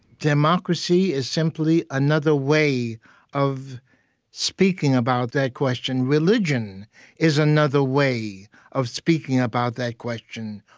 democracy is simply another way of speaking about that question. religion is another way of speaking about that question.